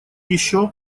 еще